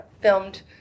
filmed